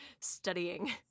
studying